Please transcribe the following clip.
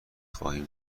خواهیم